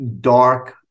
dark